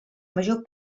major